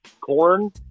Corn